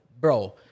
bro